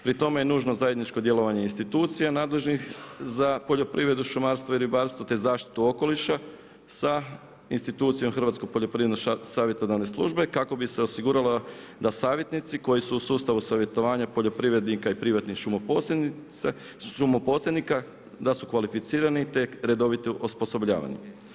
Pri tome je nužno zajedničko djelovanje institucije nadležnih za poljoprivredu, šumarstvo i ribarstvo, te zaštitu okoliša sa institucijom Hrvatsko poljoprivredno savjetodavne službe kako bi se osiguralo da savjetnici koji su u sustavu savjetodavnja poljoprivrednika i privatnih šumoposjednika, da su kvalificirani, te redovito osposobljavani.